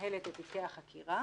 שמנהלת את תיקי החקירה.